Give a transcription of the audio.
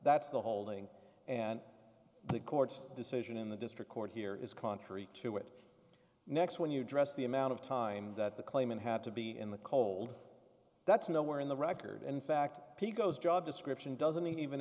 that's the holding and the court's decision in the district court here is contrary to what next when you address the amount of time that the claimant had to be in the cold that's nowhere in the record in fact he goes job description doesn't even